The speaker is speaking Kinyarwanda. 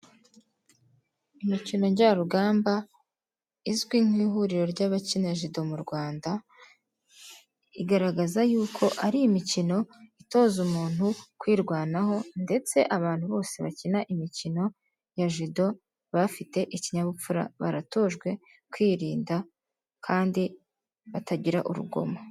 Imikino njyarugamba izwi nk'ihuriro ry'abakina jido mu Rwanda, igaragaza yuko ari imikino itoza umuntu kwirwanaho, ndetse abantu bose bakina imikino ya judo baba bafite ikinyabupfura baratojwe kwirinda kandi batagira urugomo.